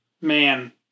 man